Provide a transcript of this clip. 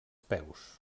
peus